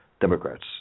Democrats